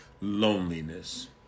loneliness